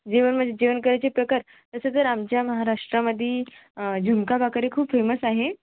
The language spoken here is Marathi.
जेवण म्हणजे जेवण करायचे प्रकार तसं तर आमच्या महाराष्ट्रामध्ये झुणका भाकरी खूप फेमस आहे